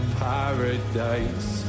paradise